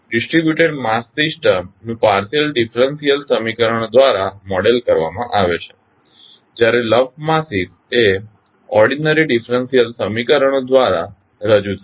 distributed mass systems નું partial differential સમીકરણો દ્વારા મોડેલ કરવામાં આવે છે જ્યારે લમ્પડ માસીસ એ ઓર્ડીનરી ડીફરંસીયલ સમીકરણો દ્વારા રજૂ થાય છે